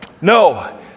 No